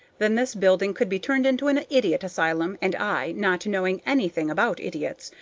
then this building could be turned into an idiot asylum, and i, not knowing anything about idiots,